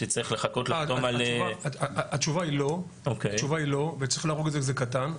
שצריך לחכות לחתום על --- התשובה היא לא וצריך להרוג את זה כשזה קטן.